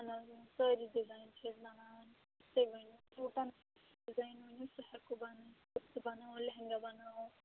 اہَن حظ اۭں سٲری ڈِزایِن چھِ أسۍ بَناوان تُہۍ ؤنِو سوٗٹَن ڈِزایِن ؤنِو سُہ ہٮ۪کو بَنٲیِتھ سُہ بَناوو لہنٛگا بَناوو